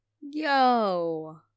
Yo